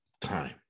time